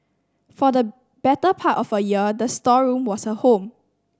for the better part of a year the storeroom was her home